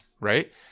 right